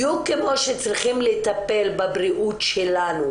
בדיוק כמו שצריכים לטפל בבריאות שלנו